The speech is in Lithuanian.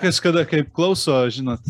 kažkada kaip klauso žinot